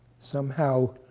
somehow,